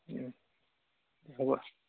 হ'ব